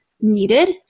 needed